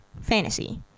fantasy